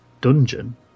dungeon